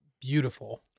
Beautiful